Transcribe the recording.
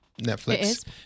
Netflix